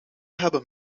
hebben